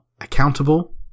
accountable